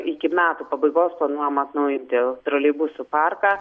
iki metų pabaigos planuojama atnaujinti troleibusų parką